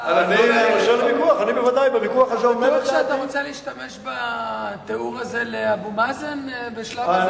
אתה בטוח שאתה רוצה להשתמש בתיאור הזה לאבו מאזן בשלב הזה,